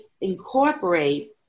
incorporate